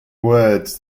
words